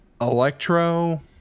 Electro